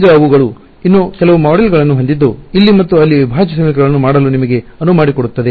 ಈಗ ಅವುಗಳು ಇನ್ನೂ ಕೆಲವು ಮಾಡ್ಯೂಲ್ಗಳನ್ನು ಹೊಂದಿದ್ದು ಇಲ್ಲಿ ಮತ್ತು ಅಲ್ಲಿ ಅವಿಭಾಜ್ಯ ಸಮೀಕರಣಗಳನ್ನು ಮಾಡಲು ನಿಮಗೆ ಅನುವು ಮಾಡಿಕೊಡುತ್ತದೆ